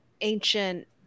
ancient